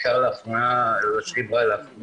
בעיקר -